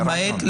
זה הרעיון.